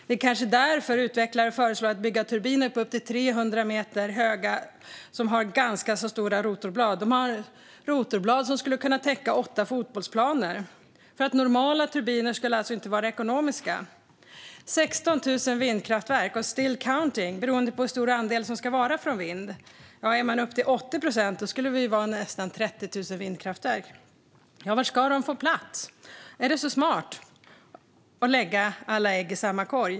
Det är kanske därför utvecklare föreslår att man ska bygga turbiner på upp till 300 meters höjd med rotorblad som är så stora att de skulle kunna täcka åtta fotbollsplaner. Normala turbiner skulle alltså inte vara ekonomiska. 16 000 vindkraftverk och still counting , beroende på hur stor andel som ska vara från vind - vill man ha 80 procent från vind skulle det behövas nästan 30 000 vindkraftverk. Var ska de få plats? Är det så smart att lägga alla ägg i en och samma korg?